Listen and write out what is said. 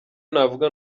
navuga